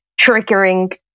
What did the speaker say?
triggering